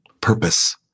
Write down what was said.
purpose